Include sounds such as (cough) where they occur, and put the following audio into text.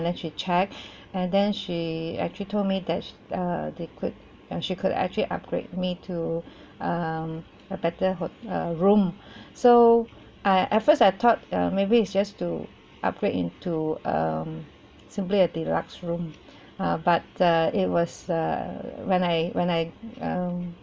and then she checked (breath) and then she actually told me that err they could uh she could actually upgrade me to (breath) um a better hot~ uh room (breath) so I at first I thought err maybe it's just to upgrade into um simply a deluxe room uh but uh it was err when I when I um